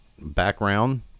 background